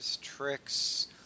tricks